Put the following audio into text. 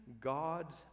God's